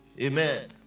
Amen